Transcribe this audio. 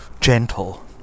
gentle